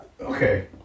okay